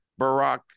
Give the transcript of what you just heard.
Barack